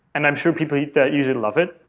and i'm sure people that use it love it.